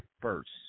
first